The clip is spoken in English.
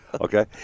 Okay